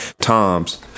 toms